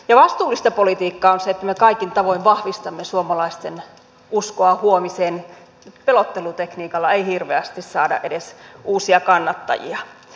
vastuullista politiikkaa on se että me kaikin tavoin vahvistamme suomalaisten uskoa huomiseen pelottelutekniikalla ei hirveästi saada edes uusia kannattajia